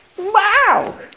wow